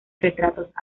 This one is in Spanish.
retratos